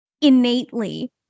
innately